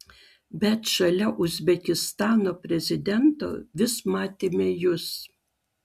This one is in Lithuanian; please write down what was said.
bet šalia uzbekistano prezidento vis matėme jus